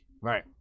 Right